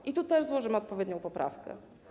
I tu też złożymy odpowiednią poprawkę.